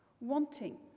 wanting